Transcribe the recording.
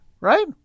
Right